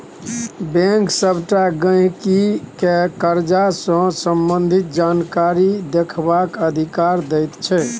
bank सबटा गहिंकी केँ करजा सँ संबंधित जानकारी देखबाक अधिकार दैत छै